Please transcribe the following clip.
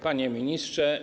Panie Ministrze!